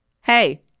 Hey